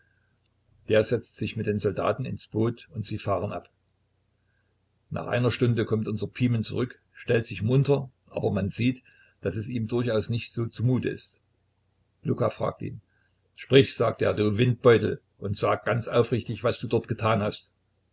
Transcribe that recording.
der setzt sich mit dem soldaten ins boot und sie fahren ab nach einer stunde kommt unser pimen zurück stellt sich munter aber man sieht daß es ihm durchaus nicht so zumute ist luka fragt ihn sprich sagt er du windbeutel und sag ganz aufrichtig was du dort getan hast